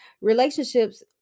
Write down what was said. relationships